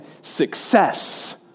success